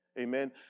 Amen